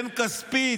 בן כספית,